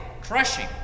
Crushing